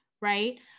right